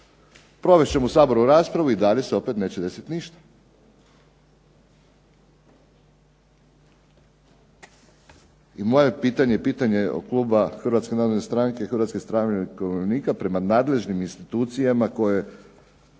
provest ćemo u Saboru raspravu i dalje se opet neće desit ništa. I moje pitanje je pitanje kluba Hrvatske narodne stranke, Hrvatske stranke umirovljenika, prema nadležnim institucijama koje